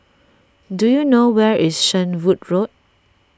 do you know where is Shenvood Road